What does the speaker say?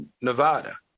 Nevada